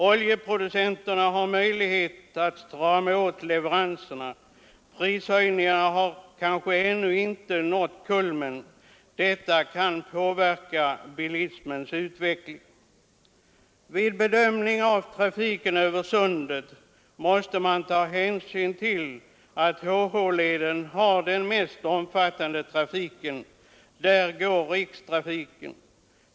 Oljeproducenterna har möjligheter att strama åt leveranserna. Prishöjningarna har kanske ännu inte nått sin kulmen. Detta kan komma att påverka bilismens utveckling. Vid bedömning av trafiken över sundet måste man ta hänsyn till att HH-leden har den mest omfattande trafiken. Där går rikstrafiken.